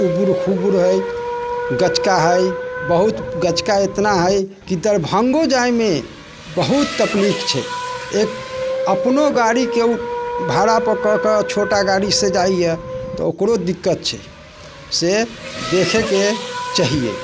उबड़ खाबड़ हय गचका हय बहुत गचका एतना हय कि दरभंगो जाइमे बहुत तकलीफ छै एक अपनो गाड़ी केओ भाड़ापर कऽ कऽ छोटा गाड़ीसँ जाइए तऽ ओकरो दिक्कत छै से देखे के चाहिए